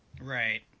Right